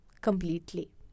completely